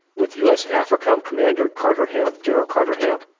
with us africom commander carter ham, general carter ham,